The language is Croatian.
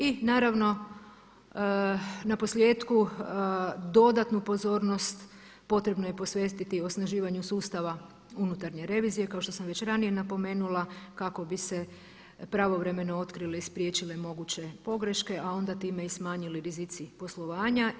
I naravno na posljetku dodatnu pozornost potrebno je posvetiti osnaživanju sustava unutarnje revizije kao što sam već ranije napomenula kako bi se pravovremeno otkrile i spriječile moguće pogreške a onda time i smanjili rizici poslovanja.